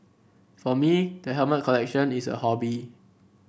for me the helmet collection is a hobby